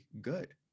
good